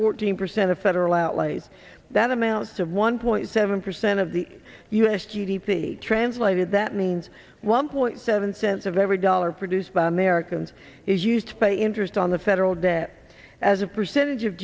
fourteen percent of federal outlays that amounts to one point seven percent of the u s g d p translated that means one point seven cents of every dollar produced by americans is used to pay interest on the federal debt as a percentage of